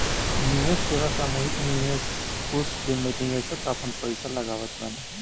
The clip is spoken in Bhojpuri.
निवेश सेवा सामूहिक निवेश कोष जेमे निवेशक आपन पईसा लगावत बाने